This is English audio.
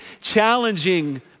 challenging